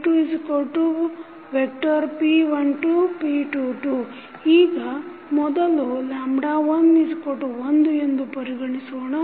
p1p11 p21 p2p12 p22 ಈಗ ಮೊದಲು 11 ಎಂದು ಪರಿಗಣಿಸೋಣ